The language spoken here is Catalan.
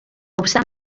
obstant